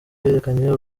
yerekanye